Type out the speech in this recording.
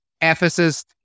Ephesus